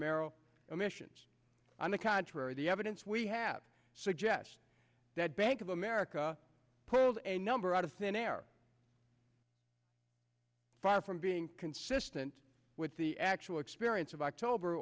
marrow omissions on the contrary the evidence we have suggests that bank of america pulled a number out of thin air far from being consistent with the actual experience of october